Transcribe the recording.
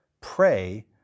pray